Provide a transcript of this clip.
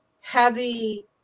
heavy